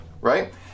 right